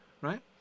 right